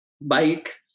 bike